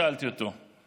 שאלתי אותו.